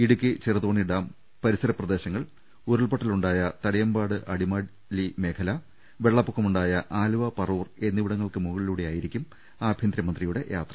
ഇടു ക്കി ചെറുതോണി ഡാം പരിസരപ്രദേശങ്ങൾ ഉരുൾപൊ ട്ടലുണ്ടായ തടിയമ്പാട് അടിമാലി മേഖല വെള്ളപ്പൊ ക്കമുണ്ടായ ആലുവ പറവൂർ എന്നിവിടങ്ങൾക്ക് മുക ളിലൂടെയായിരിക്കും ആഭ്യന്തരമന്ത്രിയുടെ യാത്ര